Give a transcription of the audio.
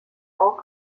auch